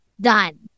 Done